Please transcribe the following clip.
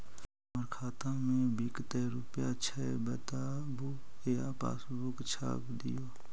हमर खाता में विकतै रूपया छै बताबू या पासबुक छाप दियो?